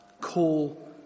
call